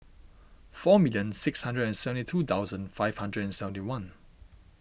four million six hundred and seventy two thousand five hundred and seventy one